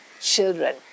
children